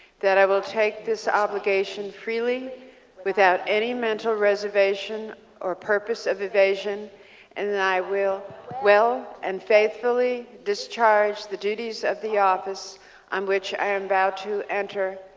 that i will take this obligation freely without any mental reservation or purpose of evasion and that i will well and faithfully discharge the duties of the office um which i envow to enter,